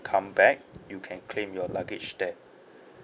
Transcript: come back you can claim your luggage there